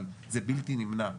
אבל זה בלתי נמנע.